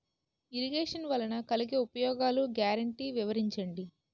Irrigation వలన కలిగే ఉపయోగాలు గ్యారంటీ వివరించండి?